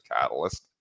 catalyst